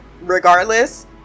regardless